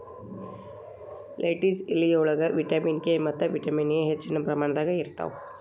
lettuce ಎಲಿಯೊಳಗ vitamin K ಮತ್ತ vitamin A ಹೆಚ್ಚಿನ ಪ್ರಮಾಣದಾಗ ಇರ್ತಾವ